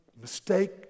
mistake